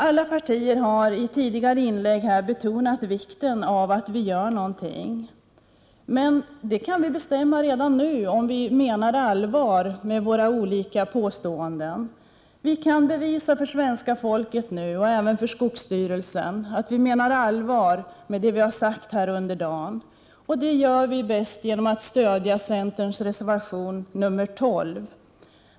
Alla partier har tidigare inlägg betonat vikten av att vi gör någonting. Men det kan vi bestämma redan nu, om vi menar allvar med våra olika påståenden. Vi kan nu bevisa för svenska folket och även för skogsstyrelsen att vi menar allvar med det vi har sagt här under dagen. Det gör man bäst genom att stödja centerns reservation nr 12.